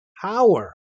power